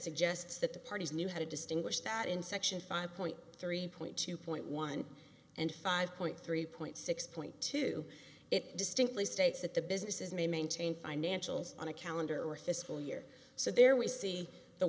suggests that the parties knew how to distinguish that in section five point three point two point one and five point three point six point two it distinctly states that the businesses may maintain financials on a calendar or fiscal year so there we see the